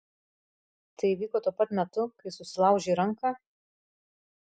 tai įvyko tuo pat metu kai susilaužei ranką